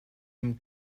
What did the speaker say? dem